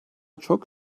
çok